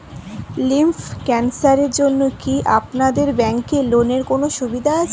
Lymph ক্যানসারের জন্য কি আপনাদের ব্যঙ্কে লোনের কোনও সুবিধা আছে?